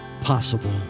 possible